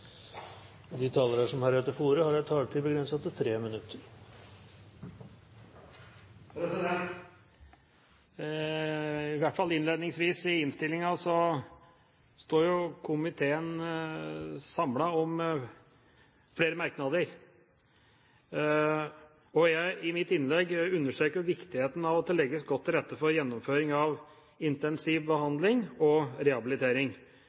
De talere som heretter får ordet, har en taletid på inntil 3 minutter. I innstillingen – i hvert fall innledningsvis – står komiteen samlet om flere merknader. I mitt innlegg understreket jeg viktigheten av at det legges godt til rette for gjennomføring av intensiv behandling og rehabilitering.